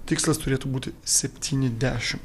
tikslas turėtų būti septyni dešimt